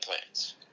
plans